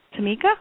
Tamika